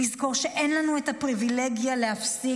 לזכור שאין לנו את הפריבילגיה להפסיק